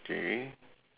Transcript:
K